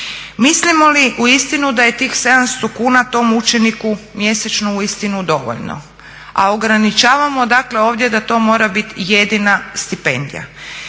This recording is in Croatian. Mislimo li uistinu da je tih 700 kuna tom učeniku mjesečno uistinu dovoljno a ograničavamo dakle ovdje da to mora biti jedina stipendija?